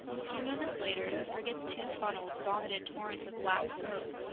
a few moments later, the frigate's two funnels vomited torrents of black smoke,